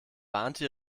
warnte